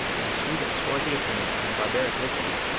and a suite of swarthy attendants in barbaric liveries,